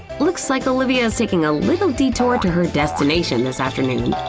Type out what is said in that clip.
looks like olivia is taking a little detour to her destination this afternoon.